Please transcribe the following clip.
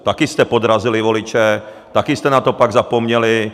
Taky jste podrazili voliče, taky jste na to pak zapomněli.